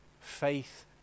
faith